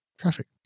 Traffic